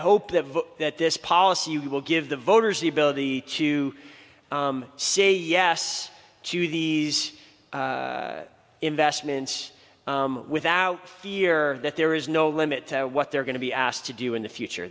hope that this policy will give the voters the ability to say yes to these investments without fear that there is no limit to what they're going to be asked to do in the future